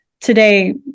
today